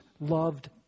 loved